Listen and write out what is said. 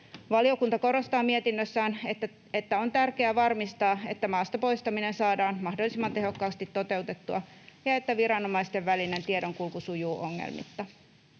Valiokunta korostaa mietinnössään, että on tärkeää varmistaa, että maasta poistaminen saadaan mahdollisimman tehokkaasti toteutettua ja että viranomaisten välinen tiedonkulku sujuu ongelmitta.